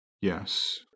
Yes